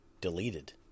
deleted